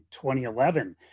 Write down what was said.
2011